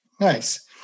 Nice